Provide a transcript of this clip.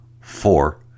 four